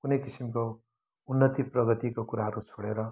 कुनै किसिमको उन्नति प्रगतिको कुराहरू छोडेर